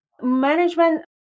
Management